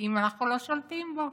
אם אנחנו לא שולטים בו.